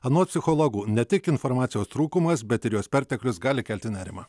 anot psichologų ne tik informacijos trūkumas bet ir jos perteklius gali kelti nerimą